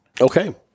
Okay